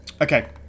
Okay